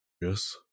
Yes